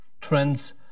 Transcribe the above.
trends